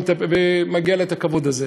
ומגיע לה הכבוד הזה.